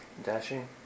Dashing